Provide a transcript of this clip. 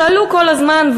שאלו כל הזמן,